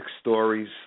stories